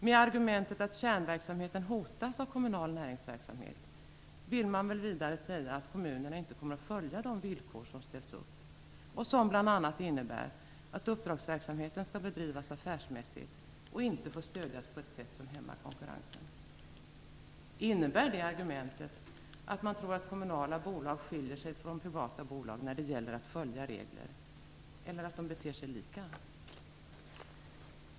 Med argumentet att kärnverksamheten hotas av kommunal näringsverksamhet vill man väl vidare säga att kommunerna inte kommer att följa de villkor som ställs upp och som bl.a. innebär att uppdragsverksamheten skall bedrivas affärsmässigt och inte får stödjas på ett sätt som hämmar konkurrensen. Innebär det argumentet att man tror att kommunala bolag skiljer sig från privata bolag när det gäller att följa regler eller att de beter sig lika?